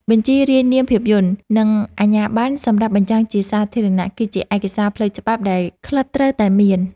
បញ្ជីរាយនាមភាពយន្ត និងអាជ្ញាបណ្ណសម្រាប់បញ្ចាំងជាសាធារណៈ គឺជាឯកសារផ្លូវច្បាប់ដែលក្លឹបត្រូវតែមាន។